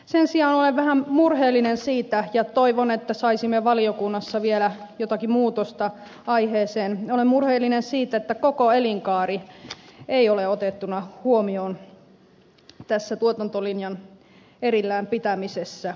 sen sijaan olen vähän murheellinen siitä ja toivon että saisimme valiokunnassa vielä jotakin muutosta aiheeseen että koko elinkaari ei ole otettuna huomioon tässä tuotantolinjan erillään pitämisessä